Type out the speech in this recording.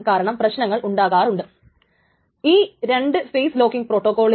കാരണം ഇവിടെ റീഡിന്റെയും റൈറ്റിന്റെയും ഒരു സംഘർഷമുണ്ടാകുന്നു